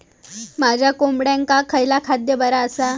माझ्या कोंबड्यांका खयला खाद्य बरा आसा?